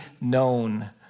known